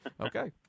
Okay